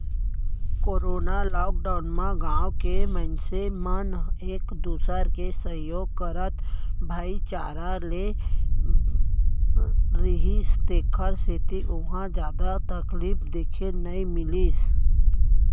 corona lockdown म गाँव के मनसे मन एक दूसर के सहयोग करत भाईचारा ले रिहिस तेखर सेती उहाँ जादा तकलीफ देखे ल नइ मिलिस